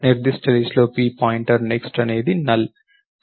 నిర్దిష్ట లిస్ట్ లో p pointer next అనేది NULL